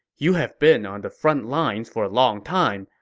you have been on the frontlines for a long time.